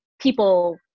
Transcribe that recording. people